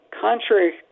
contrary